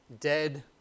dead